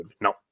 No